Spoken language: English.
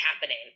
happening